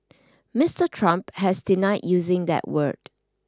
Mister Trump has denied using that word